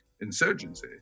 insurgency